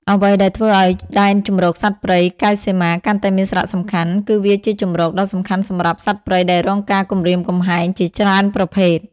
អ្វីដែលធ្វើឲ្យដែនជម្រកសត្វព្រៃកែវសីមាកាន់តែមានសារៈសំខាន់ គឺវាជាជម្រកដ៏សំខាន់សម្រាប់ សត្វព្រៃដែលរងការគំរាមកំហែង ជាច្រើនប្រភេទ។